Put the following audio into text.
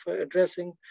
addressing